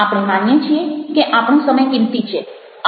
આપણે માનીએ છીએ કે આપણો સમય કિમતી છે